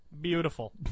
Beautiful